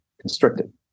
constricted